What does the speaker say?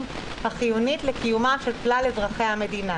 החיונית לקיומם של כלל אזרחי המדינה